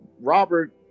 Robert